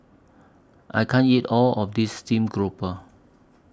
I can't eat All of This Steamed Grouper